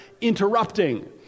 interrupting